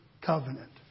covenant